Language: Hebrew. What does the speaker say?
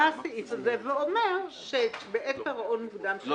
בא הסעיף הזה ואומר שבעת פירעון מוקדם --- לא